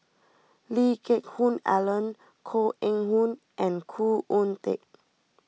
Lee Geck Hoon Ellen Koh Eng Hoon and Khoo Oon Teik